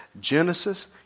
Genesis